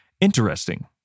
Interesting